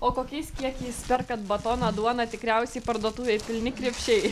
o kokiais kiekiais perkat batoną duoną tikriausiai parduotuvėj pilni krepšiai